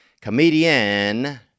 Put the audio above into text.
comedian